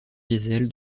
diesel